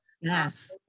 Yes